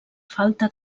falta